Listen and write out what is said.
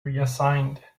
reassigned